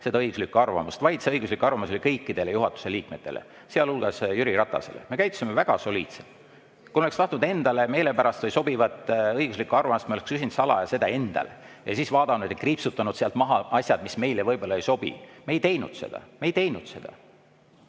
seda õiguslikku arvamust, vaid see õiguslik arvamus tuli saata kõikidele juhatuse liikmetele, sealhulgas Jüri Ratasele. Me käitusime väga soliidselt. Kui me oleksime tahtnud endale meelepärast või sobivat õiguslikku arvamust, siis me oleks küsinud salaja seda endale ja siis kriipsutanud sealt maha asjad, mis meile võib-olla ei sobi. Me ei teinud seda. Me ei teinud seda!